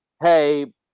hey